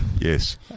Yes